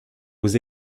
aux